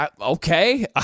Okay